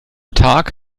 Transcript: tag